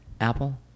Apple